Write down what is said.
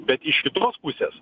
bet iš kitos pusės